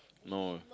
no